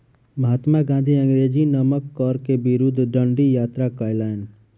महात्मा गाँधी अंग्रेजी नमक कर के विरुद्ध डंडी यात्रा कयलैन